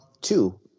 two